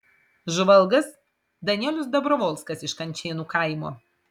žvalgas danielius dabrovolskas iš kančėnų kaimo